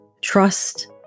trust